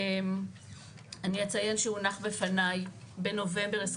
אני אציין שהונח בפניי בנובמבר 2021,